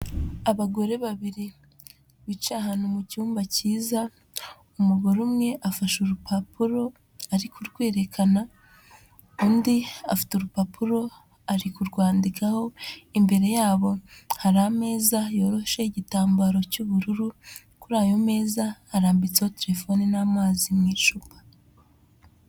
Abagore babiri bicaye ahantu mu cyumba kiza, umugore umwe afashe urupapuro ari kurwekana undi afite urupapuro ari kurwandikaho, imbere yabo hari ameza yorosheho igitambaro cy'ubururu, kuri ayo meza harambirwaho telefone n'amazi mu icupa.